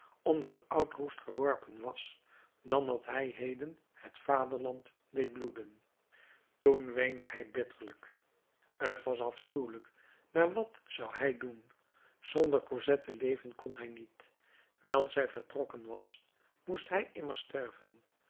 onder het oud roest geworpen was dan dat hij heden het vaderland deed bloeden toen weende hij bitterlijk t was afschuwelijk maar wat zou hij doen zonder cosette leven kon hij niet wijl zij vertrokken was moest hij immers sterven